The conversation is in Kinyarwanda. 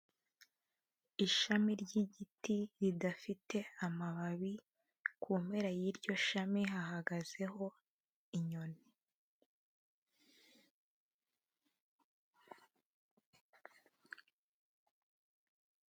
Ishami ry'giti ridafite amababi, ku mpera y'iryo shami hahagazeho inyoni.